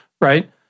right